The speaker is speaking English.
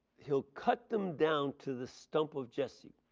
he will cut them down to the stump of jesse.